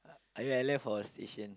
I mean I left for a station